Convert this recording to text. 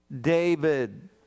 David